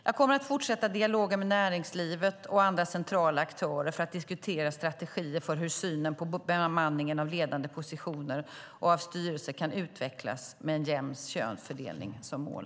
Jag kommer att fortsätta dialogen med näringslivet och andra centrala aktörer för att diskutera strategier för hur synen på bemanningen av ledande positioner och av styrelser kan utvecklas, med en jämn könsfördelning som mål.